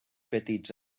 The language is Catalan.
petits